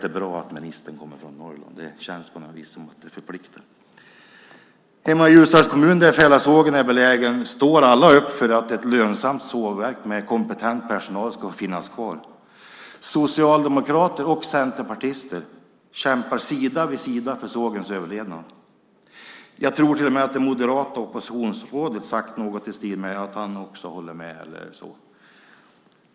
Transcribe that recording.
Det är bra att ministern kommer från Norrland. Det känns som att det förpliktar. Hemma i Ljusdals kommun där Färilasågen är belägen står alla upp för att ett lönsamt sågverk med kompetent personal ska finnas kvar. Socialdemokrater och centerpartister kämpar sida vid sida för sågens överlevnad. Jag tror till och med att det moderata oppositionsrådet sagt att han håller med.